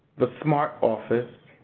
the smart office,